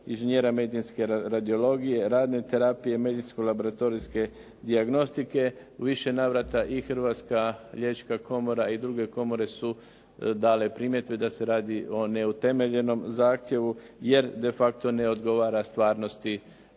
inžinjera medicinske radiologije, radne terapije, medicinsko laboratorijske dijagnostike, u više navrata i Hrvatska liječnička komora i druge komore su dale primjedbe da se radi o neutemeljenom zahtjevu jer de facto ne odgovara stvarnosti